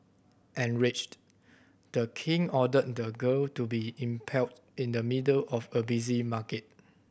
enraged The King ordered the girl to be impaled in the middle of a busy market